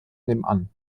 nebenan